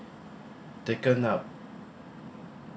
taken out